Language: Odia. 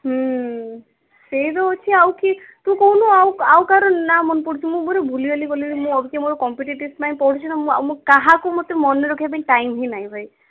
ସେଇତ ଅଛି ଆଉ କିଏ ତୁ କହୁନୁ ଆଉ କାହାର ନାଁ ମନେ ପଡ଼ୁଛି ମୁଁ ଭୁଲିଭାଲି ଗଲିଣି ମୁଁ ଅବିକା ମୋ କମ୍ପିଟେଟିଭ୍ସ ପାଇଁ ପଢ଼ୁଛି ନା ମୁଁ କାହାକୁ ମୋତେ ମନେ ରଖିବା ପାଇଁ ଟାଇମ୍ ହିଁ ନାହିଁ ଭାଇ